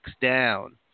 down